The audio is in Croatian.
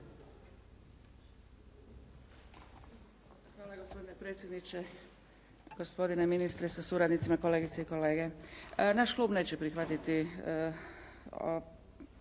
Gospodine predsjedniče, gospodine ministre sa suradnicima, kolegice i kolege. Naš klub neće prihvatiti